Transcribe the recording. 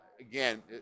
again